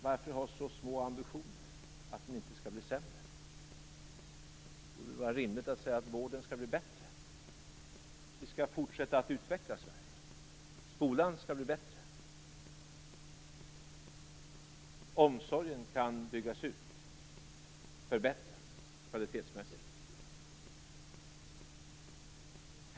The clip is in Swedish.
Varför ha så låga ambitioner att det inte skall bli sämre? Det borde vara rimligt att säga att vården skall bli bättre, att vi skall fortsätta att utveckla Sverige, att skolan skall bli bättre, omsorgen kan byggas ut och förbättras kvalitetsmässigt.